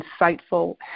insightful